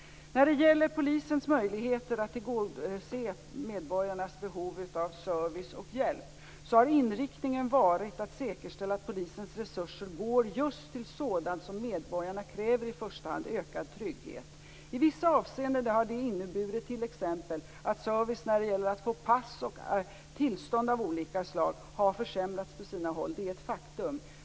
När det gäller polisens möjligheter att tillgodose medborgarnas behov av service och hjälp har inriktningen varit att säkerställa att polisens resurser går just till sådant som medborgarna i första hand kräver, nämligen ökad trygghet. På sina håll har det inneburit t.ex. att service när det gäller att få pass och tillstånd av olika slag har försämrats. Det är ett faktum.